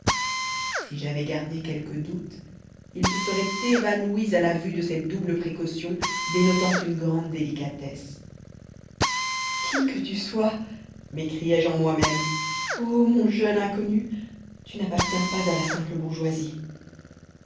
si j'avais gardé quelques doutes ils se seraient évanouis à la vue de cette double précaution dénotant une grande délicatesse qui que tu sois m'écriai-je en moi-même ô mon jeune inconnu tu n'appartiens pas à la simple bourgeoisie